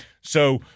So-